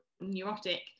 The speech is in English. neurotic